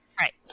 Right